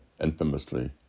infamously